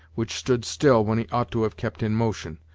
which stood still when he ought to have kept in motion,